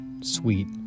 sweet